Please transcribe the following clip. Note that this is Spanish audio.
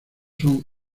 son